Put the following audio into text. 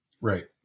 Right